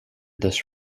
this